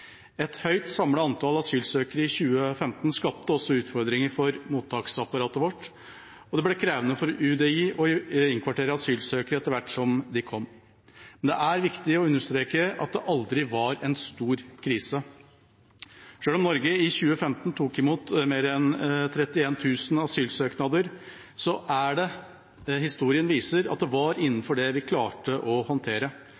Et høyt samlet antall asylsøkere i 2015 skapte også utfordringer for mottaksapparatet vårt, og det ble krevende for UDI å innkvartere asylsøkere etter hvert som de kom. Men det er viktig å understreke at det aldri var en stor krise. Selv om Norge i 2015 tok imot mer enn 31 000 asylsøknader, viser historien at det var